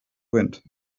wind